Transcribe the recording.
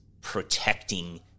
protecting